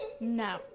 No